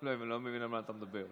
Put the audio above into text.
לא מבין על מה אתה מדבר.